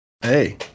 Hey